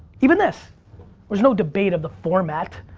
even this was no debate of the format.